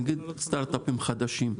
נגיד סטארט-אפים חדשים,